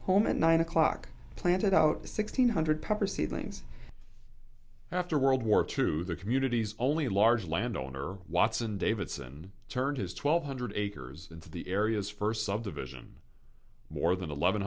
home at nine o'clock planted out sixteen hundred proceedings after world war two the communities only large land owner watson davidson turned his twelve hundred acres into the area's first subdivision more than eleven